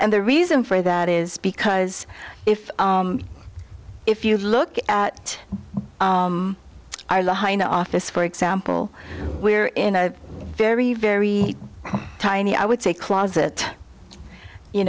and the reason for that is because if if you look at the office for example we're in a very very tiny i would say closet you